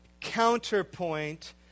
counterpoint